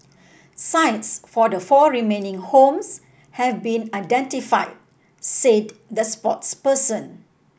sites for the four remaining homes have been identified said the spokesperson